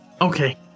okay